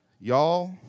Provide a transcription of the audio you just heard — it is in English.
Y'all